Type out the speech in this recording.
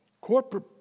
corporate